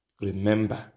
Remember